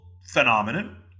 phenomenon